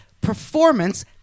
performance